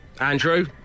Andrew